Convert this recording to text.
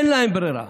אין להם ברירה.